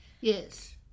Yes